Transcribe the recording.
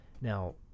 now